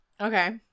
Okay